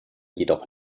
jedoch